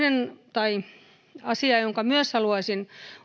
asia jonka myös haluaisin